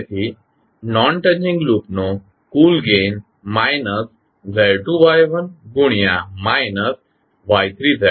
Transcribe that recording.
તેથી non touching લૂપનો કુલ ગેઇન માઇનસ Z2 Y1 ગુણ્યા માઇનસ Y3 Z4